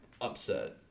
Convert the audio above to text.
upset